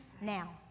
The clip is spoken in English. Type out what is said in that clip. now